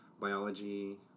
biology